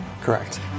Correct